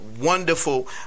wonderful